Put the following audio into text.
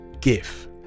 GIF